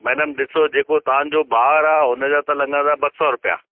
madam ॾिसो जेको तव्हांजो ॿारु आहे उन जा त लॻंदा ॿ सौ रुपिया